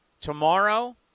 tomorrow